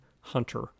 hunter